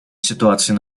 ситуации